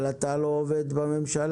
אבל אתה לא עובד בממשלה.